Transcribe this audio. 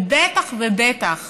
ובטח ובטח